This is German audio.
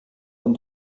von